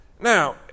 Now